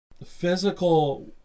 physical